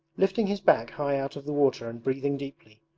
lifting his back high out of the water and breathing deeply,